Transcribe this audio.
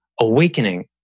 awakening